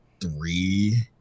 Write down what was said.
three